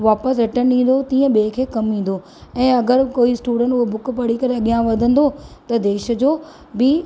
वापिसि रिटर्न डीं॒दो तीअं ॿिए खे कमु ईंदो ऐं अगरि कोई स्टूडंट हूअ बुकु पढ़ी करे अॻियां वधंदो त देश जो बि